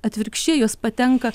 atvirkščiai jos patenka